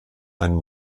einen